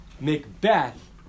Macbeth